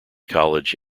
college